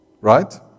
Right